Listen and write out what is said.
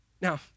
Now